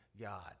God